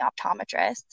optometrist